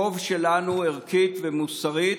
חוב שלנו, ערכית ומוסרית,